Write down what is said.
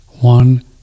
one